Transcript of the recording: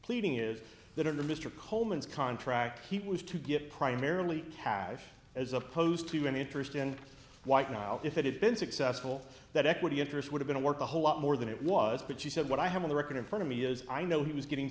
pleading is that in the mr coleman's contract he was to get primarily cash as opposed to an interest and white nile if it had been successful that equity interest would have been worth a whole lot more than it was but she said what i have on the record in front of me is i know he was getting